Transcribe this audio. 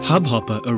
Hubhopper